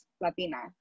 Latina